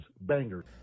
bangers